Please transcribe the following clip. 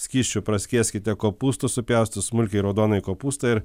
skysčiu praskieskite kopūstus supjaustytus smulkiai raudonąjį kopūstą ir